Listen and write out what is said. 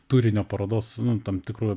turinio parodos tam tikru